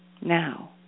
now